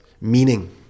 meaning